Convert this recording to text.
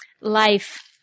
life